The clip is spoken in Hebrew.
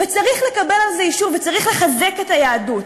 וצריך לקבל על זה אישור וצריך לחזק את היהדות.